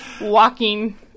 walking